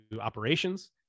operations